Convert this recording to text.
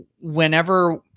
whenever